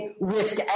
risk